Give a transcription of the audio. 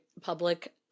public